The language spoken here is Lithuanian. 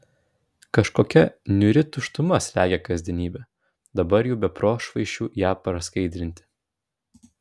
kažkokia niūri tuštuma slegia kasdienybę dabar jau be prošvaisčių ją praskaidrinti